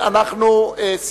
לחברי הכנסת דב חנין,